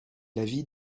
l’avis